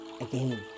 again